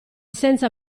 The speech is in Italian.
senza